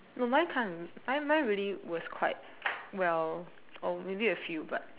no mine can't I mine really was quite well or maybe a few but